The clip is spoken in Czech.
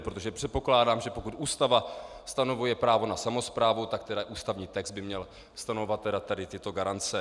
Protože předpokládám, že pokud Ústava stanovuje právo na samosprávu, tak ústavní text by měl stanovovat tyto garance.